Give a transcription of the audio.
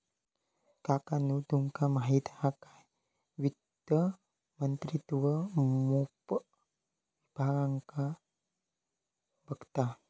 काकानु तुमका माहित हा काय वित्त मंत्रित्व मोप विभागांका बघता